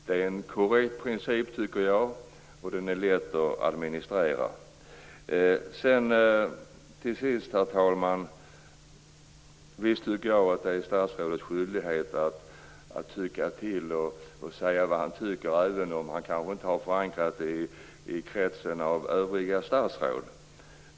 Det är en korrekt princip, tycker jag, och den är lätt att administrera. Till sist, herr talman: Visst är det statsrådets skyldighet att säga vad han tycker även om han inte har förankrat det i kretsen av övriga statsråd.